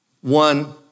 one